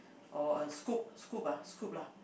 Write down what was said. or a scoop scoop ah scoop lah